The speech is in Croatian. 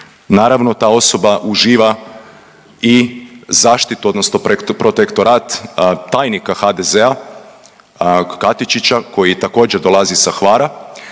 Naravno ta osoba uživa i zaštitu odnosno protektorat tajnika HDZ-a Katičića koji također dolazi sa Hvara.